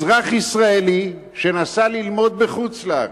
אזרח ישראלי שנסע ללמוד בחוץ-לארץ,